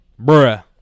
Bruh